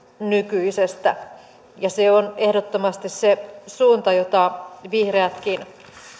nykyisestä ja se on ehdottomasti se suunta jota vihreätkin